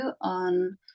on